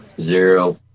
zero